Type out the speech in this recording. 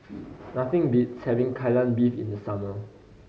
nothing beats having Kai Lan Beef in the summer